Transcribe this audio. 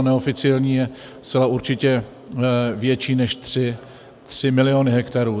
Neoficiální je zcela určitě větší než 3 miliony hektarů.